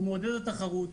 הוא מעודד תחרות,